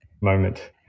moment